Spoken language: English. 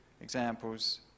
examples